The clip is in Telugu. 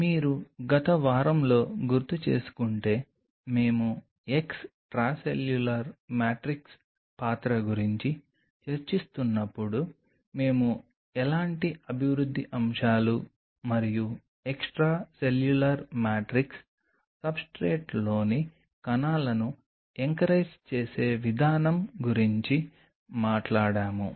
మీరు గత వారంలో గుర్తుచేసుకుంటే మేము ఎక్స్ట్రాసెల్యులర్ మ్యాట్రిక్స్ పాత్ర గురించి చర్చిస్తున్నప్పుడు మేము ఎలాంటి అభివృద్ధి అంశాలు మరియు ఎక్స్ట్రాసెల్యులర్ మ్యాట్రిక్స్ సబ్స్ట్రేట్లోని కణాలను ఎంకరేజ్ చేసే విధానం గురించి మాట్లాడాము